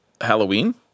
Halloween